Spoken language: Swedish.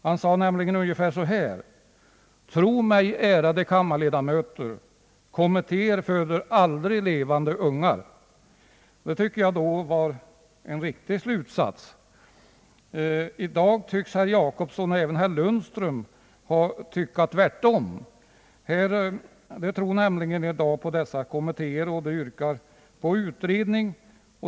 Han sade ungefär så här: Tro mig, ärade kammarledamöter, kommittéer föder aldrig levande ungar. Det tyckte jag då var en riktig sats. I dag förefaller det som om herr Jacobsson och även herr Lundström tycker tvärtom. De tror nämligen i dag på dessa kommittéer och yrkar på utredning.